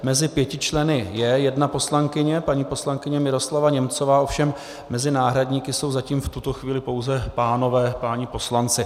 Mezi pěti členy je jedna poslankyně, paní poslankyně Miroslava Němcová, ovšem mezi náhradníky jsou zatím v tuto chvíli pouze páni poslanci.